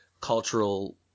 cultural